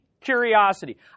curiosity